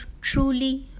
truly